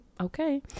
okay